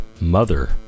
Mother